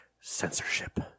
censorship